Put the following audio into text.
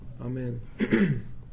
Amen